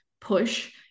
push